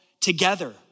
together